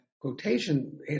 quotation